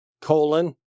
colon